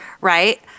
right